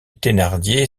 thénardier